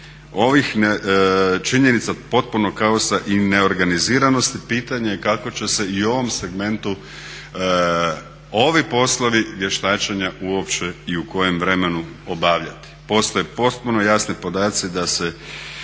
ovih činjenica potpunog kaosa i neorganiziranosti pitanje je kako će se i u ovom segmentu ovi poslovi vještačenja uopće i u kojem vremenu obavljati. Postoje potpuno jasni podaci da se